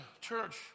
church